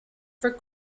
for